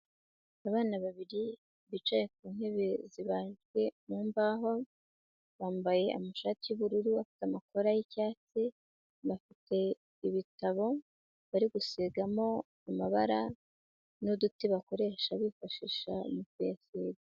Abana babiri bicaye ku ntebe zibanjwe mu mbaho, bambaye amashati y'ubururu bafite amakora y'icyatsi, bafite ibitabo bari gusigamo amabara, n'uduti bakoresha bifashisha mukuyasiga.